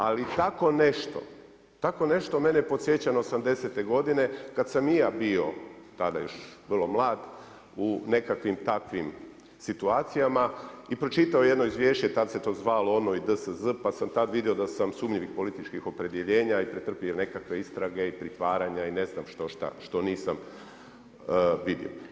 Ali, tako nešto, tako nešto mene podsjeća na '80.-te godine, kad sam i ja bio tada još vrlo mlad u nekakvim takvim situacijama i pročitao jedno izvješće tada se to zvalo i ono DSZ, pa sam tad vidio da sam sumnjivih političkih opredjeljenja i pretrpio nekakve istrage i pretvaranje i ne znam što nisam vidio.